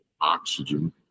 Oxygen